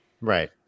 Right